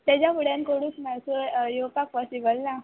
तेज्या फुड्यान कोणूच ना सो येवपाक पॉसिबल ना